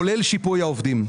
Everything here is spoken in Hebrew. כולל שיפוי העובדים.